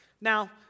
Now